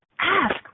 ask